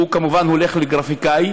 הוא כמובן הולך לגרפיקאי,